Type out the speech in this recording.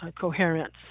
Coherence